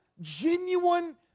genuine